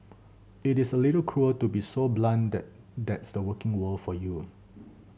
it is a little cruel to be so blunt that that's the working world for you